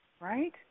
Right